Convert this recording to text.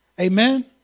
amen